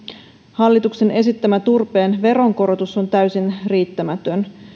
hallituksen esittämä turpeen veronkorotus on täysin riittämätön